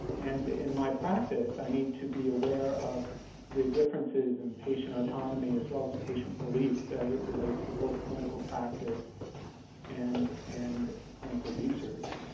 and in my practice, i need to be aware of the differences in patient autonomy, as well as patient beliefs, as it relates to both clinical practice and and clinical research.